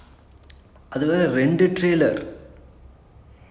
okay is is it the one that he becomes a spy or something